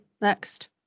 next